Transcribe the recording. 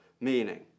meaning